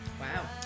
wow